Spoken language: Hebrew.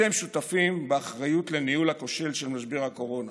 אתם שותפים באחריות לניהול הכושל של משבר הקורונה,